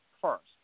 first